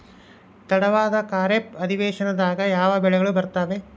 ತಡವಾದ ಖಾರೇಫ್ ಅಧಿವೇಶನದಾಗ ಯಾವ ಬೆಳೆಗಳು ಬರ್ತಾವೆ?